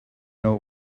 know